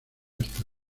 hasta